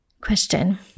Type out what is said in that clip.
Question